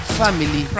family